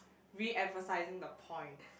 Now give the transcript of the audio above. re-emphasising the point